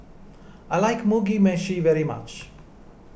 I like Mugi Meshi very much